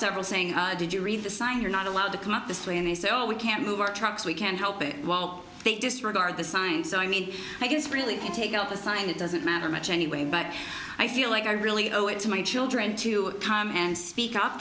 several saying did you read the sign you're not allowed to come up this way and they say oh we can't move our trucks we can't help it they disregard the signs so i mean i guess really to take up a sign it doesn't matter much anyway but i feel like i really owe it to my children to come and speak up